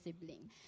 sibling